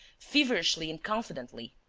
feverishly and confidently.